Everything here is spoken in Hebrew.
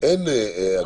אין הגבלה.